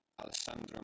Alessandro